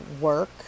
work